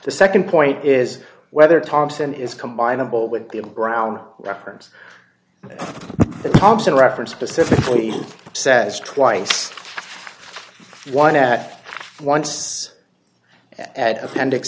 the nd point is whether thompson is combinable with the brown reference thompson reference specifically says twice one at once at appendix